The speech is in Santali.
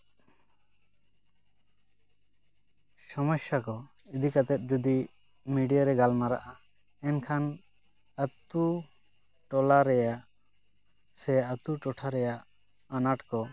ᱥᱚᱢᱚᱥᱥᱟ ᱠᱚ ᱤᱫᱤ ᱠᱟᱛᱮᱫ ᱡᱩᱫᱤ ᱢᱤᱰᱤᱭᱟ ᱨᱮ ᱜᱟᱞᱢᱟᱨᱟᱜᱼᱟ ᱮᱱᱠᱷᱟᱱ ᱟᱛᱳ ᱴᱚᱞᱟ ᱨᱮᱭᱟᱜ ᱥᱮ ᱟᱛᱳ ᱴᱚᱴᱷᱟ ᱨᱮᱭᱟᱜ ᱟᱱᱟᱴ ᱠᱚ